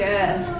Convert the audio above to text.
Yes